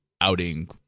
outing